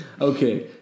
Okay